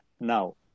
now